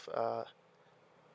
uh